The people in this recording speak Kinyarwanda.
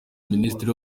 minisitiri